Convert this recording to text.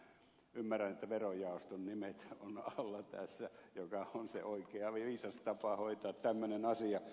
ymmärrän että verojaoston nimet ovat alla tässä mikä on se oikea viisas tapa hoitaa tämmöinen asia